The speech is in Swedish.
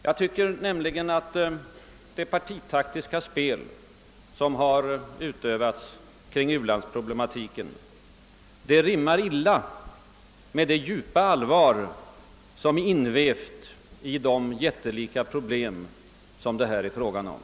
Jag tycker att partitaktiskt spel kring u-landsproblematiken rimmar illa med det djupa allvar som här är invävt.